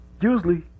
Usually